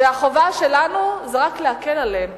והחובה שלנו זה רק להקל עליהם.